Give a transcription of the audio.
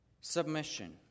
Submission